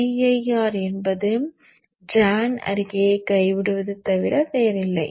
Cir என்பது டிரான் அறிக்கையை கைவிடுவது தவிர வேறில்லை